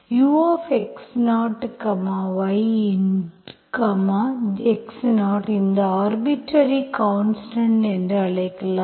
ux0y x0 இந்த arbitrary constant என்று அழைக்கலாம்